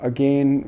Again